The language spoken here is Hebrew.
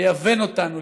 ליוון אותנו,